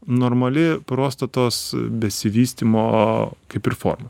normali prostatos besivystymo kaip ir forma